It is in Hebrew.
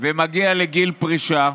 ומגיע לגיל פרישה,